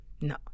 No